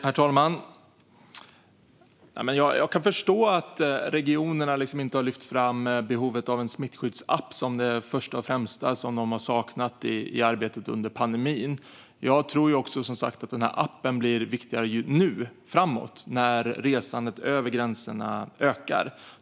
Herr talman! Jag kan förstå att regionerna inte har lyft fram behovet av en smittskyddsapp och tyckt att det först och främst är en app de har saknat i arbetet under pandemin. Jag tror som sagt att appen blir viktigare nu, framåt, när resandet över gränserna ökar.